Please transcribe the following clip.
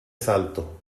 salto